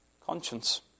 Conscience